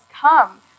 come